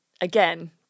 again